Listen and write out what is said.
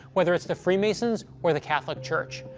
whether it's the freemasons or the catholic church.